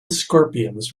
scorpions